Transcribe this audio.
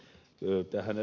tähän ed